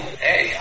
Hey